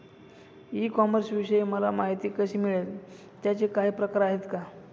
E कॉमर्सविषयी मला माहिती कशी मिळेल? त्याचे काही प्रकार आहेत का?